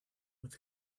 with